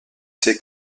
sait